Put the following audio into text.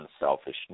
unselfishness